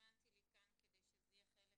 סימנתי לי כאן כדי שזה יהיה חלק